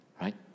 right